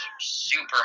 super